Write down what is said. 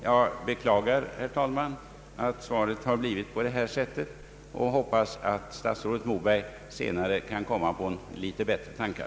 Jag beklagar, herr talman, att svaret har fått detta innehåll men hoppas att statsrådet Moberg senare kan komma på litet bättre tankar.